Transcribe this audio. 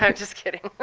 um just kidding.